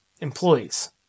employees